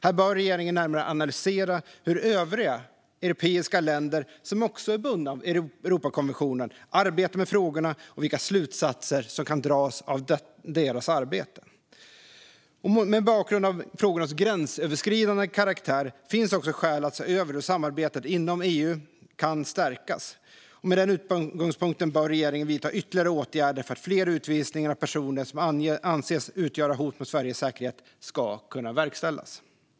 Här bör regeringen närmare analysera hur övriga europeiska länder som också är bundna av Europakonventionen arbetar med frågorna och vilka slutsatser som kan dras av deras arbete. Mot bakgrund av frågornas gränsöverskridande karaktär finns också skäl att se över hur samarbetet inom EU kan stärkas. Utifrån den utgångspunkten bör regeringen vidta ytterligare åtgärder för att fler utvisningar av personer som anses utgöra hot mot Sveriges säkerhet ska kunna verkställas.